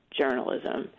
journalism